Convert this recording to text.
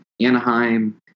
anaheim